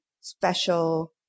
special